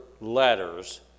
letters